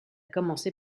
commencer